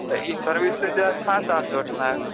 त हीअ सर्विस जा छा चार्ज वठंदा आहियो